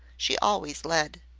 she always led.